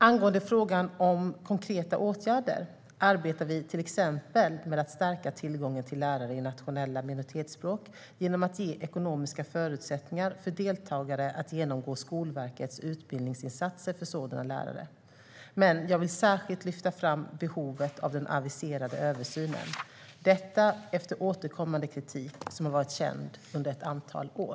Angående frågan om konkreta åtgärder arbetar vi till exempel med att stärka tillgången till lärare i nationella minoritetsspråk genom att ge ekonomiska förutsättningar för deltagare att genomgå Skolverkets utbildningsinsatser för sådana lärare. Men jag vill särskilt lyfta fram behovet av den aviserade översynen, detta efter återkommande kritik som har varit känd under ett antal år.